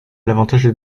l’avantage